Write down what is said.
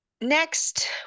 next